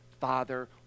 father